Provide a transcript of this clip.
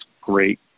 great